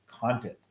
content